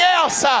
else